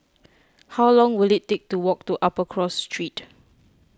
how long will it take to walk to Upper Cross Street